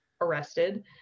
arrested